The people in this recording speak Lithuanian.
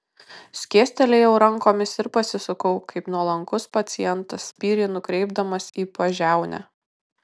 skėstelėjau rankomis ir pasisukau kaip nuolankus pacientas spyrį nukreipdamas į pažiaunę